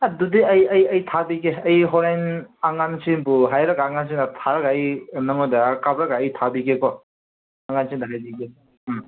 ꯑꯗꯨꯗꯤ ꯑꯩ ꯑꯩ ꯑꯩ ꯊꯥꯕꯤꯒꯦ ꯑꯩ ꯍꯣꯔꯦꯟ ꯑꯉꯥꯡꯁꯤꯡꯕꯨ ꯍꯥꯏꯔꯒ ꯑꯉꯥꯡꯁꯤꯡꯅ ꯊꯥꯔꯒ ꯑꯩ ꯅꯪꯉꯣꯟꯗ ꯀꯥꯞꯂꯒ ꯑꯩ ꯊꯥꯕꯤꯒꯦꯀꯣ ꯑꯉꯥꯡꯁꯤꯡꯗ ꯍꯥꯏꯕꯤꯒꯦ ꯎꯝ